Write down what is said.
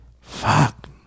Fuck